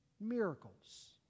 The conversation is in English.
Miracles